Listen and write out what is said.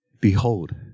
behold